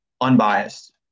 Unbiased